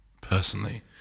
personally